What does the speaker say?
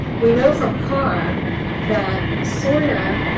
we know from carr that sorna